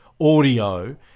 audio